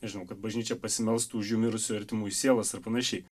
nežinau kad bažnyčia pasimelstų už jų mirusių artimųjų sielas ar panašiai